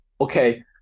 Okay